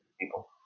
People